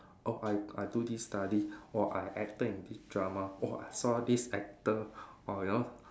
oh I I do this study !whoa! I acted in this drama !whoa! I saw this actor ah you know